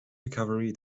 recovery